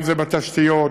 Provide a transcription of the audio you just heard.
אם בתשתיות,